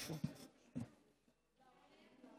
גברתי היושבת-ראש,